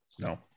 No